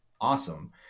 awesome